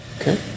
Okay